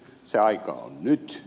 se aika on nyt